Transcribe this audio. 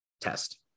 test